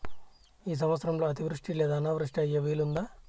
ఈ సంవత్సరంలో అతివృష్టి లేదా అనావృష్టి అయ్యే వీలుందా?